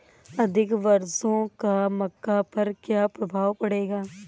अधिक वर्षा का मक्का पर क्या प्रभाव पड़ेगा?